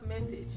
message